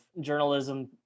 journalism